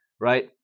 Right